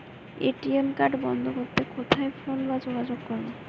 ATM card বন্ধ করতে কোথায় ফোন বা যোগাযোগ করব?